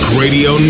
radio